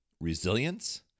resilience